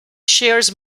shares